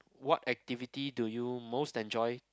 what activity do you most enjoy